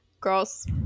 girls